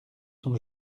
son